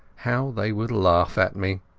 how they would laugh at me!